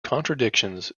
contradictions